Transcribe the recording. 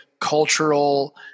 cultural